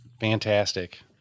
Fantastic